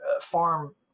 farm